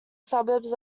suburbs